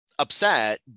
upset